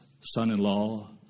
son-in-law